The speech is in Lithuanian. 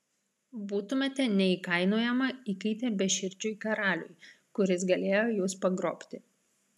būtumėte neįkainojama įkaitė beširdžiui karaliui kuris galėjo jus pagrobti